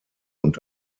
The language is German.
und